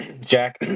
Jack